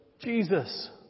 Jesus